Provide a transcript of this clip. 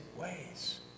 ways